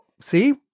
see